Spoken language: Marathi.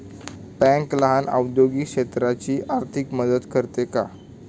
बँक लहान औद्योगिक क्षेत्राची आर्थिक मदत करते का?